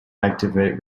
activate